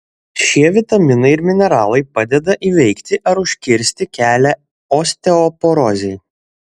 šie vitaminai ir mineralai padeda įveikti ar užkirsti kelią osteoporozei